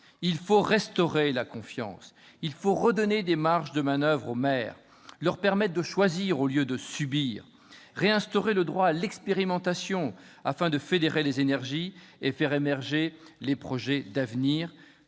Il faut restaurer la confiance, il faut redonner des marges de manoeuvre aux maires, leur permettre de choisir au lieu de subir, réinstaurer le droit à l'expérimentation afin de fédérer les énergies et faire émerger les projets d'avenir,